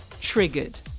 triggered